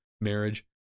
marriage